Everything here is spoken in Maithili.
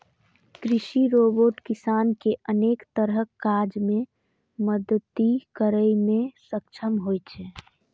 कृषि रोबोट किसान कें अनेक तरहक काज मे मदति करै मे सक्षम होइ छै